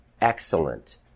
excellent